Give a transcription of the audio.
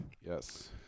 Yes